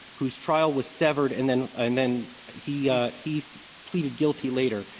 whose trial was severed and then and then he he pleaded guilty later.